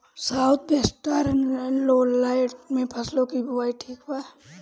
South western lowland में फसलों की बुवाई ठीक बा?